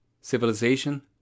Civilization